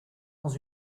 dans